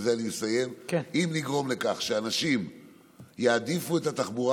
ובזה אני מסיים שאנשים יעדיפו את התחבורה